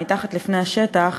מתחת לפני השטח,